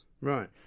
right